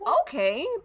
okay